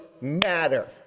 matter